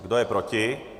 Kdo je proti?